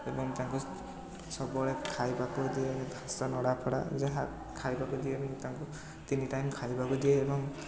ଏବଂ ତାଙ୍କୁ ସବୁବେଳେ ଖାଇବାକୁ ଦିଏ ଘାସ ନଡ଼ାଫଡ଼ା ଯାହା ଖାଇବାକୁ ଏବଂ ତାଙ୍କୁ ତିନି ଟାଇମ୍ ଖାଇବାକୁ ଦିଏ ଏବଂ